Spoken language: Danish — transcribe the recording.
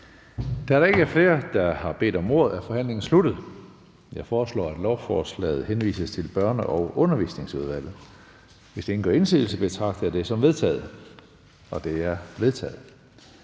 Da der ikke er flere, der har bedt om ordet, er forhandlingen sluttet. Jeg foreslår, at lovforslaget henvises til Børne- og Undervisningsudvalget. Hvis ingen gør indsigelse, betragter jeg det som vedtaget. Det er vedtaget.